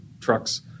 trucks